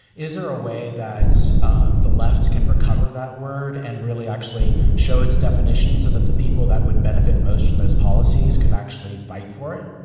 is there a way that um the left can recover that word and really actually show its definition so that the people that would benefit most from those policies could actually fight for it